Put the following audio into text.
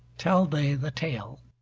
tell they the tale